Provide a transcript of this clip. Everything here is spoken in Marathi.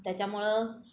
त्याच्यामुळं